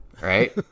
right